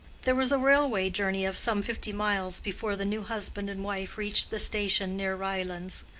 there was a railway journey of some fifty miles before the new husband and wife reached the station near ryelands.